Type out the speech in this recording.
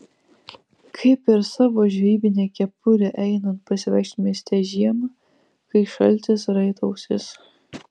kaip ir savo žvejybinę kepurę einant pasivaikščioti mieste žiemą kai šaltis raito ausis